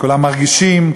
כולם מרגישים,